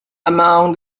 among